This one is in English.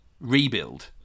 rebuild